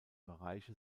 bereiche